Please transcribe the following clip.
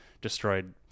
destroyed